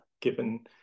given